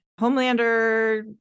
Homelander